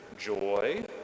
joy